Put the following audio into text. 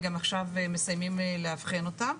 עכשיו מסיימים לאבחן אותם.